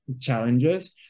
challenges